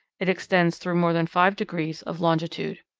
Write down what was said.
it extends through more than five degrees of longitude.